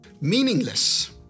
Meaningless